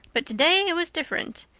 but today it was different.